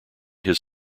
his